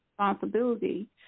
responsibility